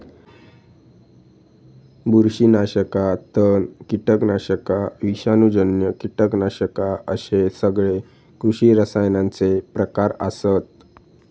बुरशीनाशका, तण, कीटकनाशका, विषाणूजन्य कीटकनाशका अश्ये सगळे कृषी रसायनांचे प्रकार आसत